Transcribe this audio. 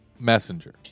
Messenger